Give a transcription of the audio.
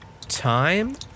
time